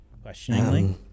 Questioningly